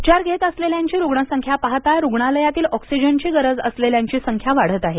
उपचार घेत असलेल्यांची रुग्णसंख्या पाहता रुग्मालयातील ऑक्सिजनची गरज असलेल्यांची संख्या वाढत आहे